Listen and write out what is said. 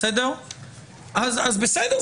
אז בסדר,